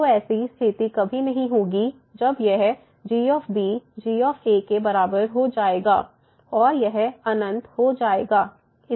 तो ऐसी स्थिति कभी नहीं होगी जब यह g g के बराबर हो जाएगा और यह अनन्त हो जाएगा